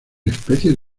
especies